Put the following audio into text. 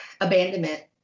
abandonment